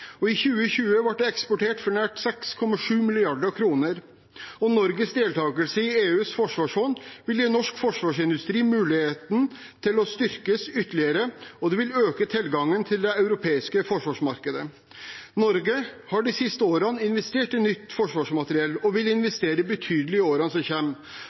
og i 2020 ble det eksportert for nær 6,7 mrd. kr. Norges deltakelse i EUs forsvarsfond vil gi norsk forsvarsindustri muligheten til å styrkes ytterligere, og det vil øke tilgangen til det europeiske forsvarsmarkedet. Norge har de siste årene investert i nytt forsvarsmateriell og vil investere betydelig i årene som